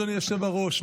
אדוני היושב-ראש,